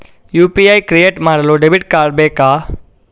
UPI create ಮಾಡಲು debit card ಬೇಕಾ?